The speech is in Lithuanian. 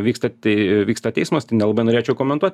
vyksta tei vyksta teismas tai nelabai norėčiau komentuot